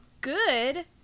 good